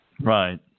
Right